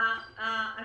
על